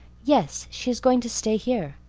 yes, she's going to stay here.